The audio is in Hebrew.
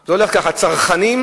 זה הולך כך: צרכנים,